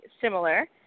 similar